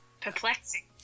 Perplexing